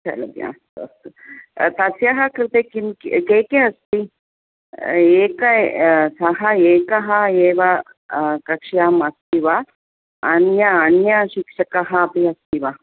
चलति अस्तु तस्याः कृते किं के के अस्ति एक सः एकः एव कक्ष्याम् अस्ति वा अन्य अन्य शिक्षकः अपि अस्ति वा